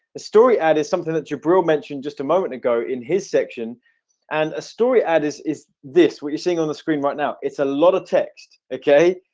the story ad is something that your bro mentioned just a moment ago in his section and a story ad is is this what you're seeing on the screen right now it's a lot of text okay.